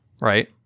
right